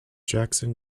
jackson